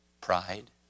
Pride